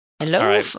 Hello